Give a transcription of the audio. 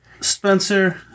Spencer